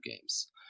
games